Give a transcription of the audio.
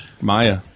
Maya